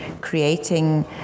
creating